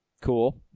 Cool